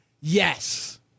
Yes